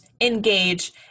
engage